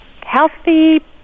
Healthy